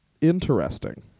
Interesting